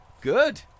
good